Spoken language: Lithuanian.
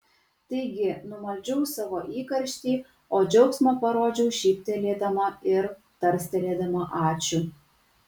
taigi numaldžiau savo įkarštį o džiaugsmą parodžiau šyptelėdama ir tarstelėdama ačiū